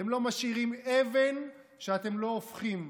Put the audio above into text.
אתם לא משאירים אבן שאתם לא הופכים,